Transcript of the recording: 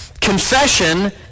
Confession